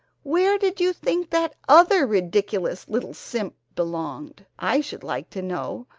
where did you think that other ridiculous little simp belonged, i should like to know?